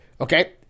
Okay